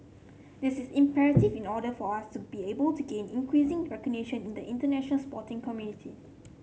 this is imperative in order for us to be able to gain increasing recognition in the international sporting community